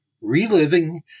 Reliving